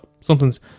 Something's